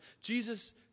Jesus